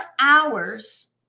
hours